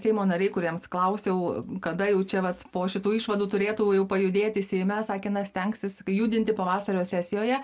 seimo nariai kuriems klausiau kada jau čia vat po šitų išvadų turėtų jau pajudėti seime sakė na stengsis judinti pavasario sesijoje